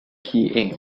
key